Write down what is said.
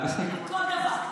על כל דבר.